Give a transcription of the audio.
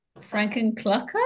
Frankenclucker